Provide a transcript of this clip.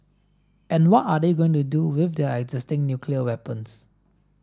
and what are they going to do with their existing nuclear weapons